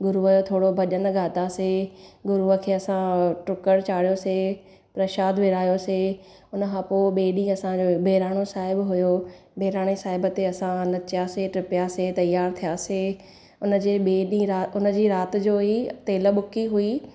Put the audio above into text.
गुरूअ जो थोरो भॼन ॻायोसीं गुरूअ के असां टुकुड़ु चाड़ियोसीं प्रशाद विरायोसीं हुनखां पोइ ॿिए ॾींहुं असां बहिराणो साहिबु हुयो बहिराणे साहिब ते असां नचयासीं टिपियासीं तयारु थिआसीं हुन जे ॿिए ॾींहुं हुन जी राति जो ई तेल बुकी हुई